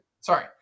Sorry